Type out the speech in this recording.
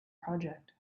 project